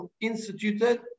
instituted